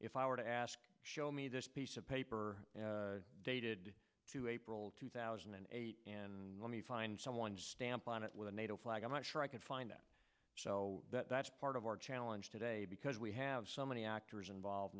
if i were to ask show me this piece of paper dated to april two thousand and then eight and let me find someone to stamp on it with a nato flag i'm not sure i could find that so that's part of our challenge today because we have so many actors involved